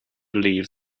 believe